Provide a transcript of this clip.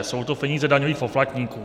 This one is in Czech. Jsou to peníze daňových poplatníků.